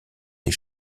des